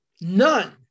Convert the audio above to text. None